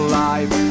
life